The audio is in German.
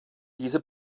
diese